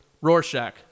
Rorschach